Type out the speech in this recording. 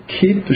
keep